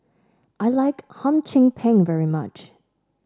I like Hum Chim Peng very much